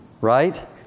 Right